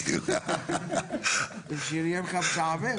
אתה רוצה שיהיה לך משעמם?